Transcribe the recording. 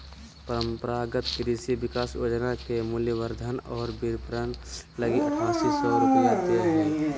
परम्परागत कृषि विकास योजना के मूल्यवर्धन और विपरण लगी आठासी सौ रूपया दे हइ